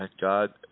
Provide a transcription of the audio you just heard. God